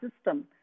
system